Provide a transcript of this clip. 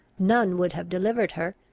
none would have delivered her,